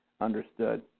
understood